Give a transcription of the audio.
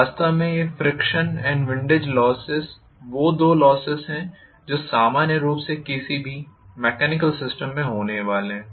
वास्तव में ये क्षण एंड विंडेज लोसेस वो दो लोसेस हैं जो सामान्य रूप से किसी भी मेकेनिकल सिस्टम में होने वाले हैं